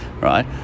right